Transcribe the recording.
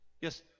Yes